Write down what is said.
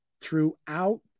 Throughout